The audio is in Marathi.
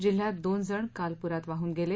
जिल्ह्यात दोन जण काल प्रात वाहन गेले